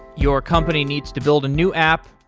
your company needs to build a new app,